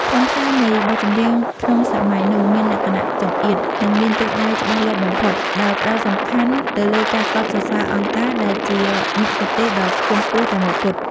ខ្លឹមសារនៃបទចម្រៀងក្នុងសម័យនោះ មានលក្ខណៈចង្អៀត និងមានទិសដៅច្បាស់លាស់បំផុត ដោយផ្តោតសំខាន់ទៅលើការកោតសរសើរ អង្គការ ដែលជាមគ្គុទ្ទេសក៍ដ៏ខ្ពង់ខ្ពស់តែមួយគត់។